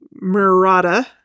Murata